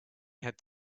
had